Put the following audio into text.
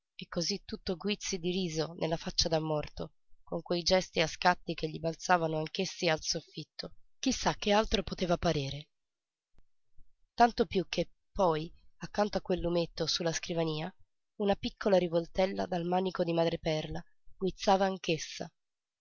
e cosí tutto guizzi di riso nella faccia da morto con quei gesti a scatti che gli balzavano anch'essi al soffitto chi sa che altro poteva parere tanto piú che poi accanto a quel lumetto su la scrivania una piccola rivoltella dal manico di madreperla guizzava